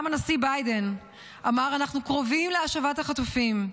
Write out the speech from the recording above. גם הנשיא ביידן אמר: אנחנו קרובים להשבת החטופים.